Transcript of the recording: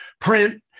print